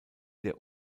der